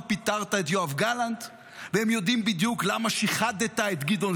פיטרת את יואב גלנט והם יודעים בדיוק למה שיחדת את גדעון